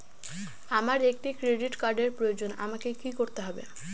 আমার একটি ক্রেডিট কার্ডের প্রয়োজন আমাকে কি করতে হবে?